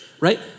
right